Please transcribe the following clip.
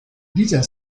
dieser